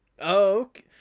okay